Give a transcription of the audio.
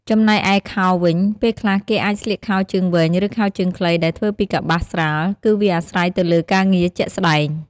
ចំំណែកឯខោវិញ ពេលខ្លះគេអាចស្លៀកខោជើងវែង ឬ ខោជើងខ្លីដែលធ្វើពីកប្បាសស្រាល គឺវាអាស្រ័យទៅលើការងារជាក់ស្ដែង។